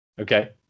Okay